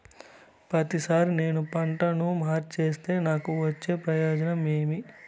ప్రతిసారి నేను పంటను మారిస్తే నాకు వచ్చే ప్రయోజనం ఏమి?